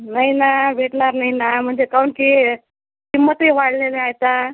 नाही ना भेटणार नाही ना म्हणजे काहून की किंमतही वाढलेल्या आहे आता